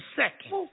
second